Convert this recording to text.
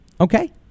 Okay